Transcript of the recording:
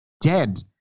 dead